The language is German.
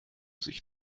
sich